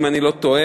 אם אני לא טועה.